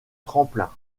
tremplins